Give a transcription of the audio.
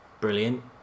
Brilliant